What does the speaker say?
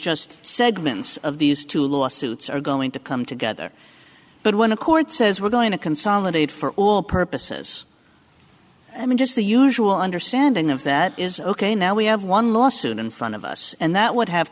just segments of these two lawsuits are going to come together but when the court says we're going to consolidate for all purposes i mean just the usual understanding of that is ok now we have one lawsuit in front of us and that would have